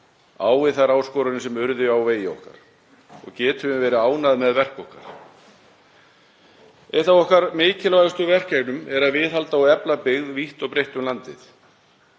á við þær áskoranir sem urðu á vegi okkar? Getum við verið ánægð með verk okkar? Eitt af okkar mikilvægustu verkefnum er að viðhalda og efla byggð vítt og breitt um landið.